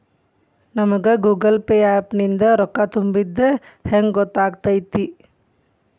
ನಮಗ Google Pay app ನಿಂದ ರೊಕ್ಕಾ ತುಂಬಿದ್ದ ಹೆಂಗ್ ಗೊತ್ತ್ ಆಗತೈತಿ?